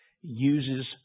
uses